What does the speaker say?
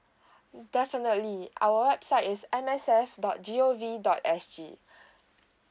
definitely our website is M S F dot G_O_V dot S_G